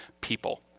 people